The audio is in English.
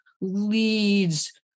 leads